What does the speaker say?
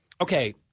Okay